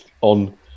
on